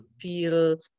feel